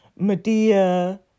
Medea